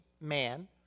man